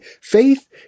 Faith